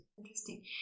Interesting